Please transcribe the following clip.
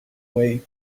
way